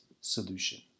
solution